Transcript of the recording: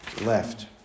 left